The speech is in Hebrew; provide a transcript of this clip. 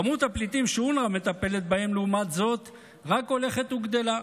כמות הפליטים שאונר"א מטפלת בהם רק הולכת וגדלה,